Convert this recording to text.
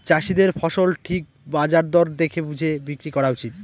চাষীদের ফসল ঠিক বাজার দর দেখে বুঝে বিক্রি করা উচিত